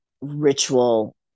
ritual